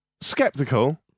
Skeptical